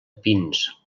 pins